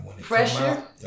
pressure